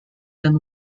than